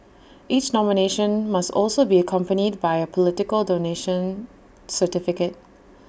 each nomination must also be accompanied by A political donation certificate